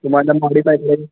तुम्हाला मॉडिफाय